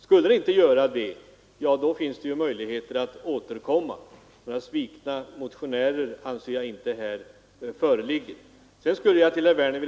Skulle det inte göra det — ja, då finns det ju möjligheter att återkomma. Några svikna motionärer anser jag alltså inte att man kan tala om i detta fall.